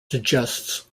suggests